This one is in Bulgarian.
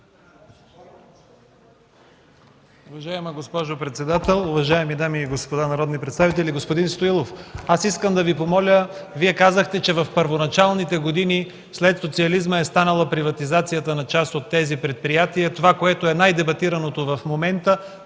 Вие казахте, че в първоначалните години след социализма е станала приватизацията на част от тези предприятия – това, което е най-дебатираното в момента.